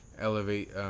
elevate